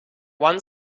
one